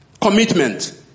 Commitment